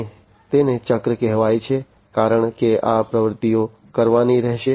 અને તેને ચક્ર કહેવામાં આવે છે કારણ કે આ પ્રવૃત્તિઓ કરવાની રહેશે